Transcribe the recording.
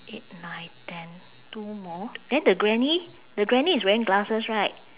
eight nine ten two more then the granny the granny is wearing glasses right